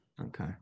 Okay